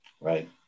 Right